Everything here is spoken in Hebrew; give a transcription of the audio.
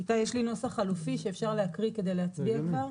איתי יש לי נוסח חלופי שאפשר להקריא כדי להצביע כבר.